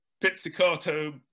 pizzicato